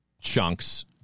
chunks